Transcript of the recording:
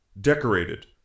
decorated